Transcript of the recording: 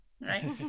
Right